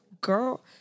girl